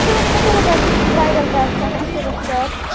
تُہۍ ؤنِو مےٚ ٹوٹل یُس یہِ برٛایڈَل پیک چھُ آسان اَتھ کیٛاہ گژھِ چارٕج